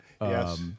Yes